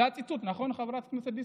זה הציטוט, נכון, חברת הכנסת דיסטל?